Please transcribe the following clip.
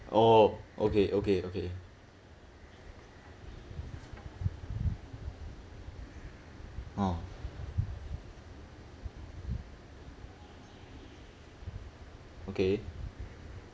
oh okay okay okay orh okay